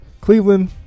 Cleveland